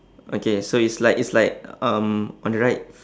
okay so it's like it's like um on the right